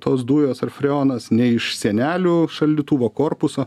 tos dujos ar freonas nei iš sienelių šaldytuvo korpuso